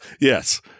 Yes